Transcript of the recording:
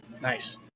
Nice